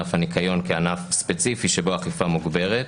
ענף הניקיון כענף ספציפי שבו האכיפה מוגברת.